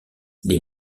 les